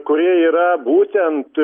kurie yra būtent